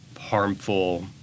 harmful